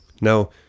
Now